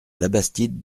labastide